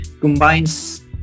combines